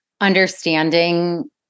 understanding